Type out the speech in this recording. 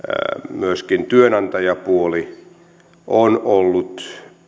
myöskin työnantajapuoli on ollut